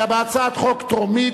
אלא בהצעת חוק טרומית,